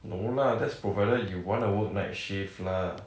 no lah that's provided you wanna work night shift lah